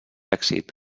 èxit